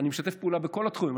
אני משתף פעולה בכל התחומים,